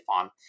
on